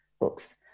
books